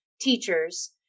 teachers